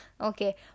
Okay